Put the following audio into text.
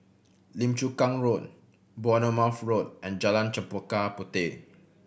Lim Chu Kang Road Bournemouth Road and Jalan Chempaka Puteh